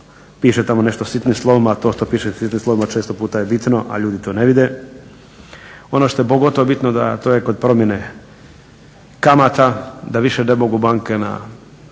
piše tamo nešto sitnim slovima a to što piše sitnim slovima često puta je bitno a ljudi to ne vide. Ono što je pogotovo bitno da a to je kod promjene kamata da više ne mogu banke na